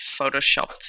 Photoshopped